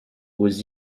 aux